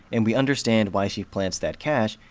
and we understand why she plants that cash,